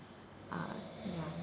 uh ya